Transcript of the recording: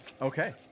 Okay